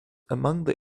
among